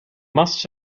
must